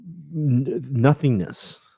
nothingness